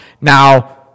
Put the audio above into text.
Now